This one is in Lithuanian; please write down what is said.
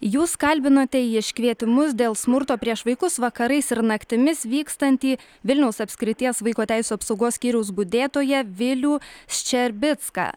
jūs kalbinote į iškvietimus dėl smurto prieš vaikus vakarais ir naktimis vykstantį vilniaus apskrities vaiko teisių apsaugos skyriaus budėtoją vilių ščerbicką